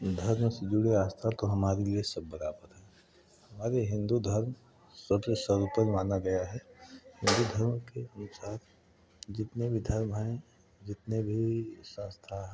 धर्म से जुड़े आस्था तो हमारे लिए सब बराबर है हमारे हिन्दू धर्म सबसे सरलतल माना गया है यदि धर्म के अनुसार जितने भी धर्म है जितने भी शास्त्र हैं